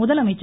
முதலமைச்சர்